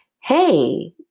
hey